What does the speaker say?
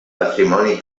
patrimoni